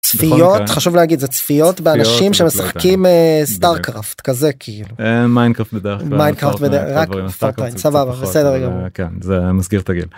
צפיות, חשוב להגיד, זה צפיות באנשים שמשחקים סטארקראפט, כזה כאילו, מיינקראפט בדרך כלל, מיינקראפט. סבבה, בסדר גמור. זה מסגיר את הגיל.